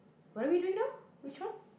what are we doing now which one